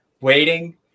waiting